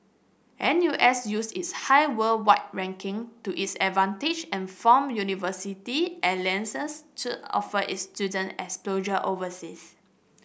N U S used its high worldwide ranking to its advantage and formed university alliances to offer its student exposure overseas